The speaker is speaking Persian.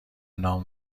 نام